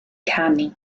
canu